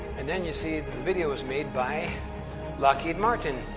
then, you see the video is made by lockheed martin,